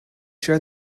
share